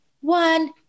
One